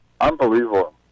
unbelievable